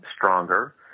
stronger